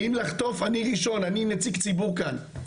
אם לחטוף אני ראשון, אני נציג ציבור כאן.